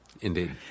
Indeed